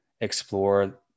explore